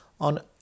on